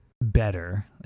better